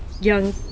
young